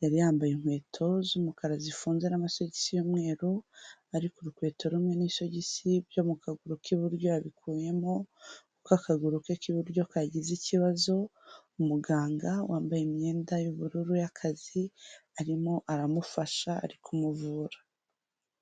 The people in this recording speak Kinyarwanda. yari yambaye inkweto z'umukara zifunze n'amasogisi y'umweru ari ku rukweto rumwe n'isogisi byo mu kaguru k'iburyo yabikuyemo kuko'akaguru ke k'iburyo kagize ikibazo, umuganga wambaye imyenda y'ubururu y'akazi arimo aramufasha; ari kumuvura.